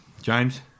James